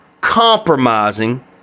compromising